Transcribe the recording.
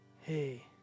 hey